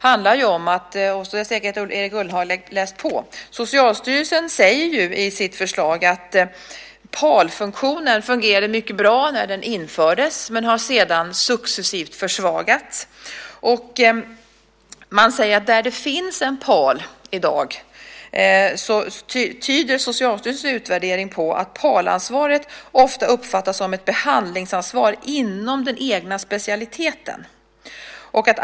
Jag tror säkert att Erik Ullenhag har läst på och vet att Socialstyrelsen i sitt förslag säger att PAL-funktionen fungerade mycket bra när den infördes men att den sedan successivt har försvagats. Där det finns en PAL i dag tyder Socialstyrelsens utvärdering på att PAL-ansvaret ofta uppfattas som ett behandlingsansvar inom den egna specialiteten.